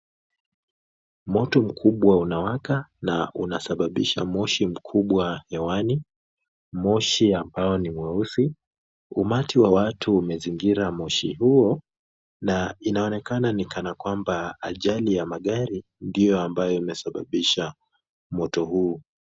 Moto mkubwa unawaka, na huna sababisha moshi mkubwa hewani, moshi ambo ni mweusi, umati wa watu wamezingira moshi huo, na, inaonekana ni kana kwamba ajali ya magari Ndiyo, ambayo imesababisha. Moto huo.